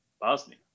Bosnia